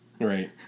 Right